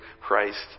Christ